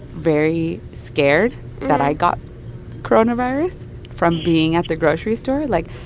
very scared that i got coronavirus from being at the grocery store, like,